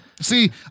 see